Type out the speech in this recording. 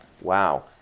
Wow